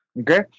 okay